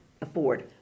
afford